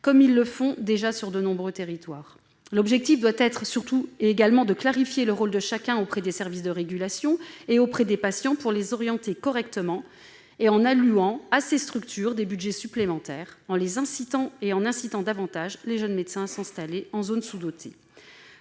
comme ils le font déjà sur de nombreux territoires. L'objectif doit surtout être de clarifier le rôle de chacun auprès des services de régulation et des patients pour orienter ceux-ci correctement, en allouant à ces structures des budgets supplémentaires et en incitant davantage les jeunes médecins à s'installer en zones sous-dotées.